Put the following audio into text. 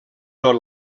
tot